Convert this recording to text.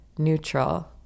neutral